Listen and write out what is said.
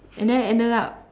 and then ended up